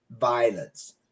violence